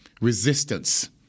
resistance